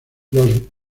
los